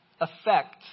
affect